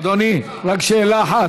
אדוני, רק שאלה אחת.